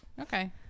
Okay